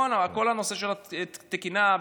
כל הנושא של התקינה,